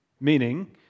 Meaning